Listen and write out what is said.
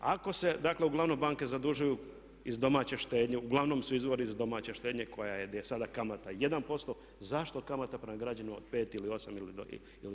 Ako se dakle uglavnom banke zadužuju iz domaće štednje, uglavnom su izvori iz domaće štednje koja je gdje je sada kamata 1%, zašto kamata prema građaninu od 5, 8 ili 9%